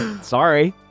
Sorry